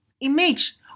image